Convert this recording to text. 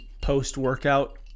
post-workout